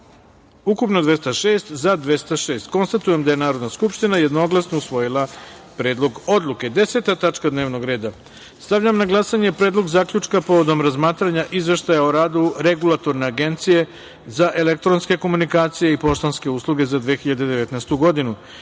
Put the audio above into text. ukupno 206, za – 206.Konstatujem da je Narodna skupština jednoglasno usvojila Predlog odluke. Deseta tačka dnevnog reda. Stavljam na glasanje Predlog zaključka povodom razmatranja Izveštaja o radu Regulatorne agencije za elektronske komunikacije i poštanske usluge za 2019. godinu,